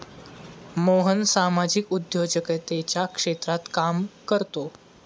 मोहन सामाजिक उद्योजकतेच्या क्षेत्रात काम करतो